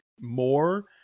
more